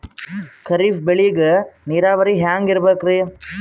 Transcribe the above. ಖರೀಫ್ ಬೇಳಿಗ ನೀರಾವರಿ ಹ್ಯಾಂಗ್ ಇರ್ಬೇಕರಿ?